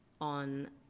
on